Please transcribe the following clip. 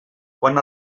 quan